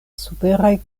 superaj